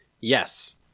Yes